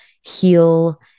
heal